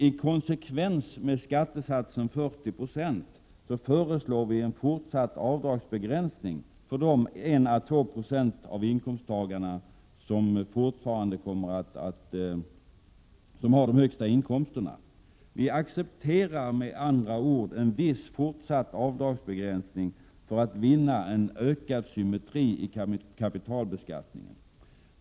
I konsekvens med skattesatsen 40 96 föreslår vi en fortsatt avdragsbegränsning för de 1 å 2 96 av inkomsttagarna som har de högsta inkomsterna. Vi accepterar med andra ord en viss fortsatt avdragsbegränsning för att vinna en ökad symmetri i kapitalbeskattningen.